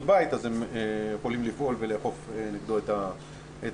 בית ואז הם יכולים לפעול ולאכוף נגדו את הצווים.